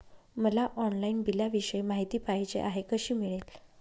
मला ऑनलाईन बिलाविषयी माहिती पाहिजे आहे, कशी मिळेल?